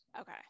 Okay